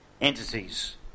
entities